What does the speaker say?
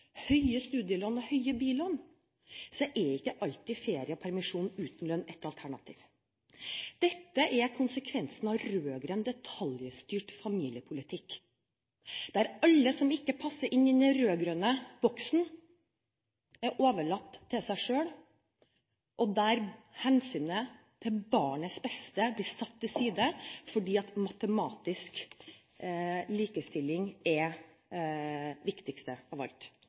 høye studielån og høye billån, er ikke alltid ferie og permisjon uten lønn et alternativ. Dette er konsekvensen av rød-grønn detaljstyrt familiepolitikk, der alle som ikke passer inn i den rød-grønne boksen, er overlatt til seg selv, og der hensynet til barnets beste blir satt til side, fordi matematisk likestilling er det viktigste av alt.